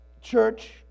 church